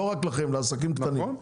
לא רק לעסקים הקטנים.